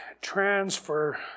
transfer